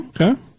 Okay